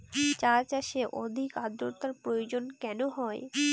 চা চাষে অধিক আদ্রর্তার প্রয়োজন কেন হয়?